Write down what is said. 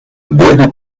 buena